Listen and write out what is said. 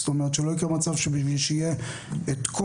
זאת אומרת שלא יקרה מצב שבשביל שיהיה את כל